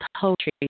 poetry